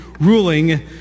ruling